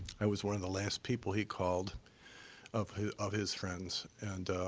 i was one of the last people he called of his of his friends, and,